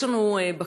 יש לנו בקשה,